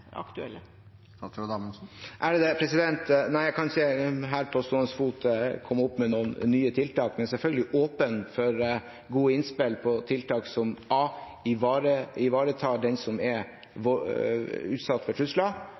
aktuelle? Nei, jeg kan ikke på stående fot komme opp med noen nye tiltak. Men jeg er selvfølgelig åpen for gode innspill om tiltak som ivaretar den som er utsatt for trusler,